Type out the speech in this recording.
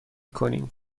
کنیم